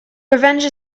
revenge